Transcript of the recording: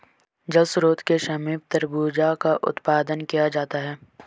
जल स्रोत के समीप तरबूजा का उत्पादन किया जाता है